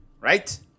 right